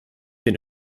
den